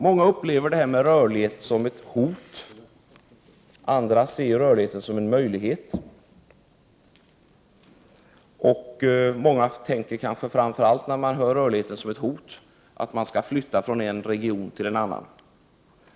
Många uppfattar rörligheten som ett hot, andra ser den som en möjlighet; många tänker kanske på att de kan tvingas flytta från en region till en annan.